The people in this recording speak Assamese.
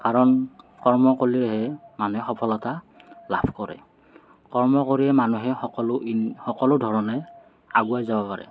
কাৰণ কৰ্ম কৰিলেহে মানুহে সফলতা লাভ কৰে কৰ্ম কৰিয়েই মানুহে সকলো ইন সকলো ধৰণে আগুৱাই যাব পাৰে